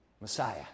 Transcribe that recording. Messiah